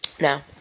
Now